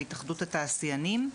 בהתאחדות התעשיינים.